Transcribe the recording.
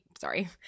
Sorry